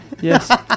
Yes